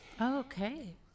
Okay